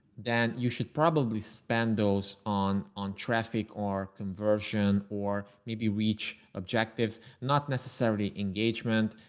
then you should probably spend those on on traffic or conversion or maybe reach objectives, not necessarily engagement,